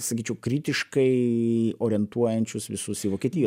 sakyčiau kritiškai orientuojančius visus į vokietiją